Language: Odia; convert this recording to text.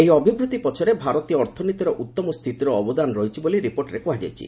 ଏହି ଅଭିବୃଦ୍ଧି ପଛରେ ଭାରତୀୟ ଅର୍ଥନୀତିର ଉତ୍ତମ ସ୍ଥିତିର ଅବଦାନ ରହିଛି ବୋଲି ରିପୋର୍ଟରେ କୁହାଯାଇଛି